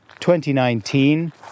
2019